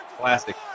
Classic